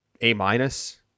A-minus